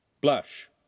Blush